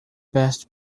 best